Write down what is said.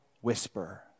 whisper